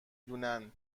دونن